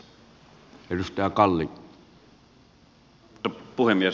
arvoisa puhemies